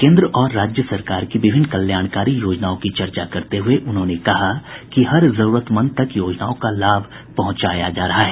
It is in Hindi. केन्द्र और राज्य सरकार की विभिन्न कल्याणकारी योजनाओं की चर्चा करते हुए उन्होंने कहा कि हर जरूरतमंद तक योजनाओं का लाभ पहुंचाया जा रहा है